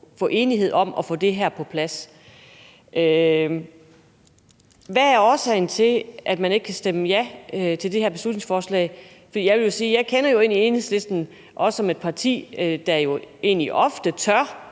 få enighed om at få det her på plads. Hvad er årsagen til, at man ikke kan stemme ja til det her beslutningsforslag? For jeg vil sige, at jeg jo egentlig kender Enhedslisten som også et parti, der ofte tør